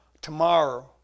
tomorrow